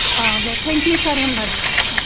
अ दे thank you sir होमब्ला दे अ